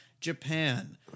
Japan